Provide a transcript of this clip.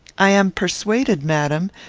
i am persuaded, madam,